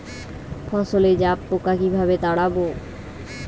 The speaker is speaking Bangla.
ফসলে জাবপোকা কিভাবে তাড়াব?